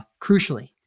crucially